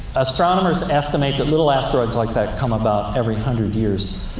astronomers estimate that little asteroids like that come about every hundred years.